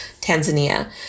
Tanzania